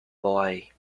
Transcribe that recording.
boy